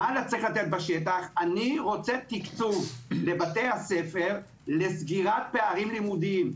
אני רוצה תקצוב לבתי הספר לסגירת פערים לימודיים,